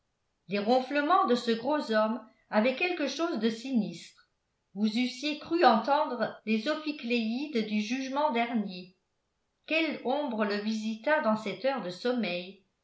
les ronflements de ce gros homme avaient quelque chose de sinistre vous eussiez cru entendre les ophicléides du jugement dernier quelle ombre le visita dans cette heure de sommeil